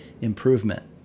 improvement